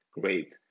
great